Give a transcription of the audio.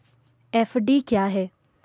FD क्या है?